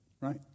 right